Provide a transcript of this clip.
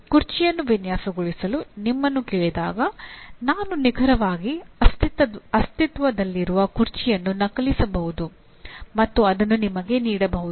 ಕುರ್ಚಿಯನ್ನು ವಿನ್ಯಾಸಗೊಳಿಸಲು ನಿಮ್ಮನ್ನು ಕೇಳಿದಾಗ ನಾನು ನಿಖರವಾಗಿ ಅಸ್ತಿತ್ವದಲ್ಲಿರುವ ಕುರ್ಚಿಯನ್ನು ನಕಲಿಸಬಹುದು ಮತ್ತು ಅದನ್ನು ನಿಮಗೆ ನೀಡಬಹುದು